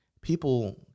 People